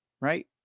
right